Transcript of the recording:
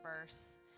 verse